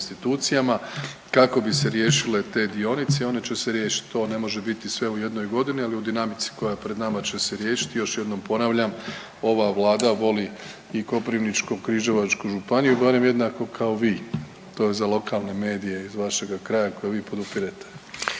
institucijama kako bi se riješile te dionice i one će se riješiti. To ne može biti sve u jednoj godini, ali u dinamici koja je pred nama će se riješiti. Još jednom ponavljam ova Vlada voli i Koprivničko-križevačku županiju barem jednako kako vi. To je za lokalne medije iz vašega kraja koje vi podupirete.